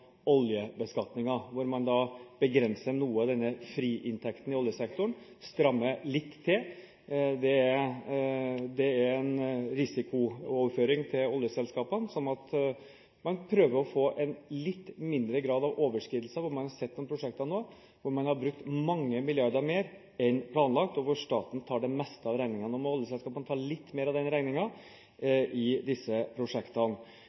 risikooverføring til oljeselskapene – slik prøver man å få litt færre overskridelser. Man har sett noen prosjekter hvor man har brukt mange milliarder mer enn planlagt, og hvor staten har tatt det meste av regningen. Nå må oljeselskapene ta litt mer av regningen i disse prosjektene.